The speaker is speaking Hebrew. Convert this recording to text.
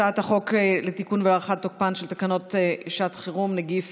הצעת החוק לתיקון ולהארכת תוקפן של תקנות שעת חירום (נגיף